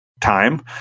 time